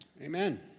Amen